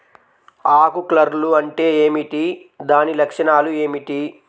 ఆకు కర్ల్ అంటే ఏమిటి? దాని లక్షణాలు ఏమిటి?